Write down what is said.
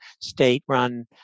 state-run